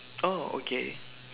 oh okay